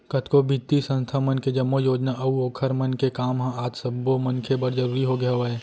कतको बित्तीय संस्था मन के जम्मो योजना अऊ ओखर मन के काम ह आज सब्बो मनखे बर जरुरी होगे हवय